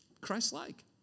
Christ-like